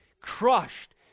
crushed